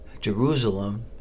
Jerusalem